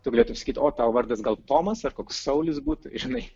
tu galėtum sakyti o tavo vardas gal tomas ar koks saulis būtų žinai